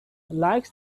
likes